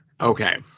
Okay